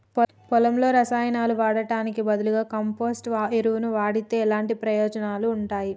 పొలంలో రసాయనాలు వాడటానికి బదులుగా కంపోస్ట్ ఎరువును వాడితే ఎలాంటి ప్రయోజనాలు ఉంటాయి?